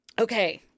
Okay